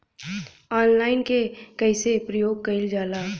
Online के कइसे प्रयोग कइल जाला?